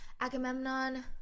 Agamemnon